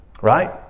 Right